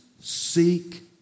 seek